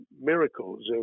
miracles